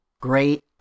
Great